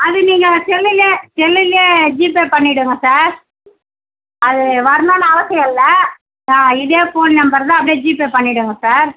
அது நீங்கள் செல்லுல செல்லுல ஜிபே பண்ணிவிடுங்க சார் அது வர்னுண்னு அவசியம் இல்லை ஆ இதே ஃபோன் நம்பருதான் அப்படியே ஜிபே பண்ணிவிடுங்க சார்